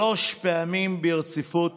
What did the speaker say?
שלוש פעמים ברציפות